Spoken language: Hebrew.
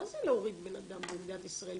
מה זה להוריד בן אדם במדינת ישראל,